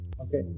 Okay